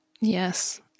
Yes